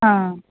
आं